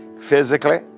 physically